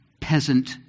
peasant